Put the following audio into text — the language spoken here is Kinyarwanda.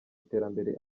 iterambere